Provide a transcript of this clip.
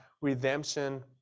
redemption